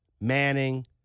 Manning